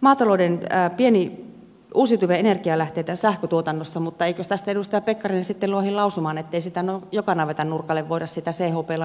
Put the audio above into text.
maatalouden uusiutuvia energialähteitä sähköntuotannossa mutta eikös tästä edustaja pekkarinen sitten loihe lausumaan ettei sitä chp laitosta joka navetan nurkalle voida laittaa